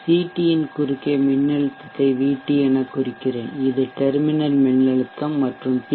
CT ன் குறுக்கே மின்னழுத்தத்தை VT எனக் குறிக்கிறேன் இது டெர்மினல் மின்னழுத்தம் மற்றும் பி